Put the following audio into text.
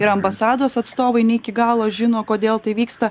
ir ambasados atstovai ne iki galo žino kodėl tai vyksta